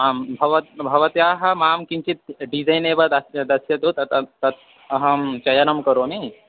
आं भवतः भवत्याः मां किञ्चित् डिज़ैन् एव दास्य दस्यतु तत तत् अहं चयनं करोमि